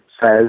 says